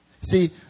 See